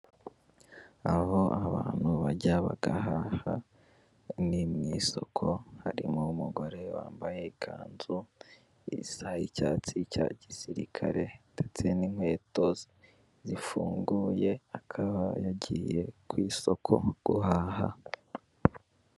Aho abantu bajya bagahaha ni mu isoko, harimo umugore wambaye ikanzu isa y'icyatsi cya gisirikare, ndetse n'inkweto zifunguye, akaba yagiye ku isoko guhaha.